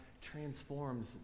Transforms